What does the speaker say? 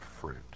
fruit